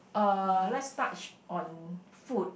uh let's touch on food